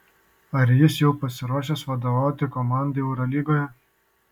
ar jis jau pasiruošęs vadovauti komandai eurolygoje